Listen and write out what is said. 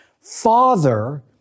Father